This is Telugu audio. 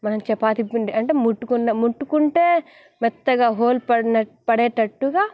మనం చపాతి పిండి అంటే ముట్టుకున్న ముట్టుకుంటే మెత్తగా హోల్ పడిన పడేటట్టుగా